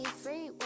free